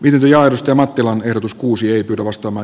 gy ja arto mattilan erotus kuusi arvostama